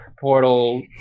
portal